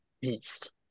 beast